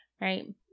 right